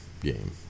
game